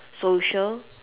social